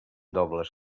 dobles